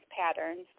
patterns